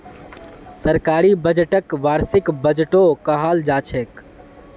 सरकारी बजटक वार्षिक बजटो कहाल जाछेक